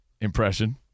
impression